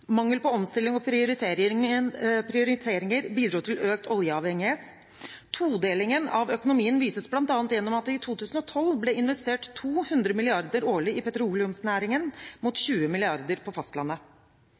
Mangel på omstilling og prioriteringer bidro til økt oljeavhengighet. Todelingen av økonomien vises bl.a. gjennom at det i 2012 ble investert 200 mrd. kr årlig i petroleumsnæringen, mot 20 mrd. kr på fastlandet.